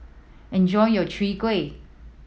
enjoy your Chwee Kueh